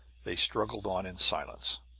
they struggled on in silence.